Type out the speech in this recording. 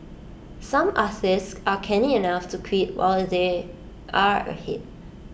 some artists are canny enough to quit while they are ahead